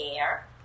air